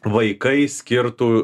vaikai skirtų